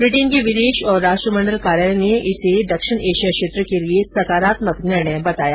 Britain के विदेश और राष्ट्रमंडल कार्यालय ने इसे दक्षिण एशिया क्षेत्र के लिए सकारात्मक निर्णय बताया